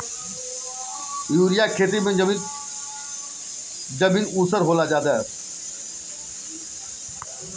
urea से खेती क प्रदूषण बढ़ रहल बा